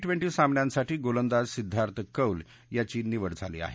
twenty सामन्यांसाठी गोलंदाज सिद्धार्थ कौल याची निवड झाली आहे